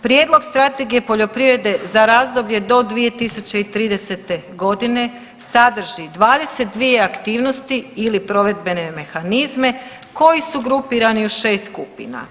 Prijedlog Strategije poljoprivrede za razdoblje do 2030. godine sadrži 22 aktivnosti ili provedbene mehanizme koji su grupirani u 6 skupina.